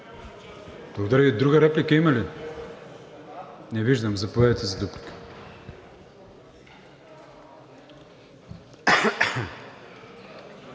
Друга реплика има ли? Не виждам. Заповядайте за дуплика.